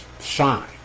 shine